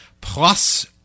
Plus